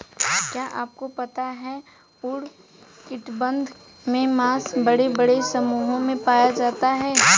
क्या आपको पता है उष्ण कटिबंध में बाँस बड़े बड़े समूहों में पाया जाता है?